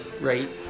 right